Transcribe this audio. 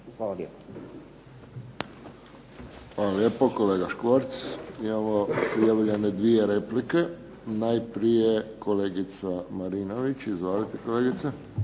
Josip (HSS)** Hvala lijepo kolega Škvorc. Imamo prijavljene dvije replike. Najprije kolegica Marinović. Izvolite kolegice.